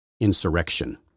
insurrection